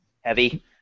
heavy